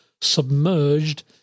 submerged